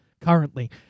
currently